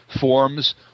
forms